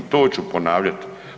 To ću ponavljati.